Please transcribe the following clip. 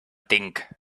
thing